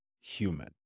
human